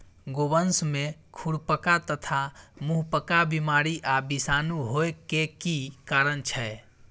गोवंश में खुरपका तथा मुंहपका बीमारी आ विषाणु होय के की कारण छै?